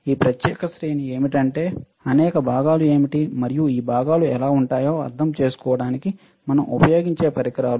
ఈ ప్రత్యేక శ్రేణి ఏమిటంటే అనేక భాగాలు ఏమిటి మరియు ఈ భాగాలు ఎలా ఉంటాయో అర్థం చేసుకోవడానికి మనం ఉపయోగించే పరికరాలు